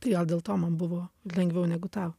tai gal dėl to man buvo lengviau negu tau